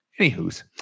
Anywho's